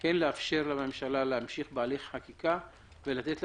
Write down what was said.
כן לאפשר לממשלה להמשיך בהליך חקיקה ולתת לה